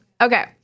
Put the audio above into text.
Okay